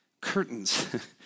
curtains